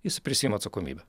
jis prisiima atsakomybę